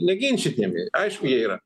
neginčytini aišku jie yra